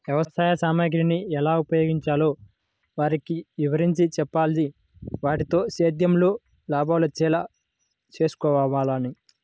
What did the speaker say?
వ్యవసాయ సామగ్రిని ఎలా ఉపయోగించాలో వారికి వివరించి చెప్పాలి, వాటితో సేద్యంలో లాభాలొచ్చేలా చేసుకోమనాలి